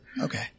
okay